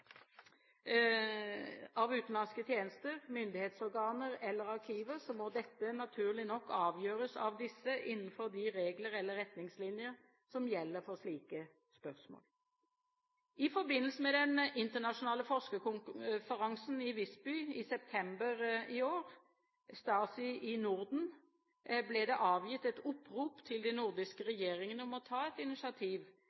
av utenlandske tjenester, myndighetsorganer eller arkiver, må dette naturlig nok avgjøres av disse innenfor de regler eller retningslinjer som gjelder for slike spørsmål. I forbindelse med den internasjonale forskerkonferansen i Visby i september i år, Stasi i Norden, ble det avgitt et opprop til de nordiske